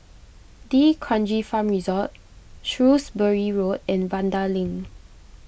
D'Kranji Farm Resort Shrewsbury Road and Vanda Link